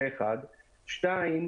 דבר שני,